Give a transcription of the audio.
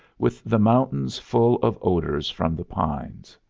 with the mountains full of odors from the pines.